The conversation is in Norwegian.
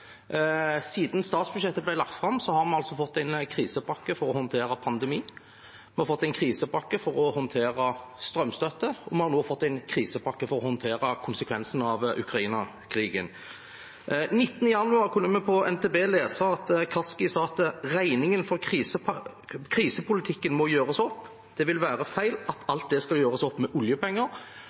Siden statsbudsjettet ble lagt fram, har vi altså fått en krisepakke for å håndtere pandemi, vi har fått en krisepakke for å håndtere strømstøtte, og vi har nå fått en krisepakke for å håndtere konsekvensen av Ukraina-krigen. Den 19. januar kunne vi fra NTB lese at Kaski sa at regningen for krisepolitikken må gjøres opp, og at det vil være feil at alt det skal gjøres opp med oljepenger.